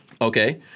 Okay